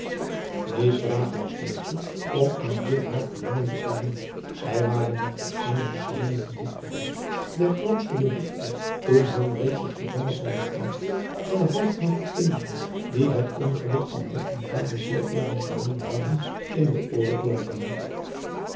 niet traag was deze om aan dit haar verlangen te voldoen zij waren nog op eenige schreden van dit verblijf der grootste behoefte toen hun reeds het gejammer van de vrouw en de half naakte kinderen die het ongeluk van man en vader zoo even vernomen hadden in de ooren klonk